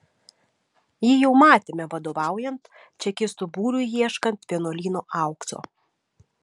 jį jau matėme vadovaujant čekistų būriui ieškant vienuolyno aukso